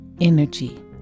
energy